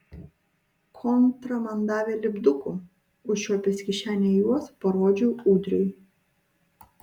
kontra man davė lipdukų užčiuopęs kišenėje juos parodžiau ūdriui